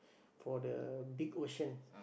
for the big ocean